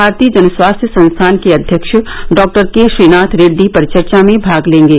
भारतीय जन स्वास्थ्य संस्थान के अध्यक्ष डॉक्टर के श्रीनाथ रेड्डी परिचर्चा में भाग लेंगे